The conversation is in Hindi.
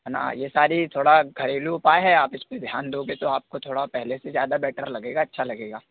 है ना ये सारी थोड़ा घरेलू उपाय हैं आप इस पे ध्यान दोगे तो आपको थोड़ा पहले से ज़्यादा बेटर लगेगा अच्छा लगेगा